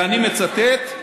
ואני מצטט,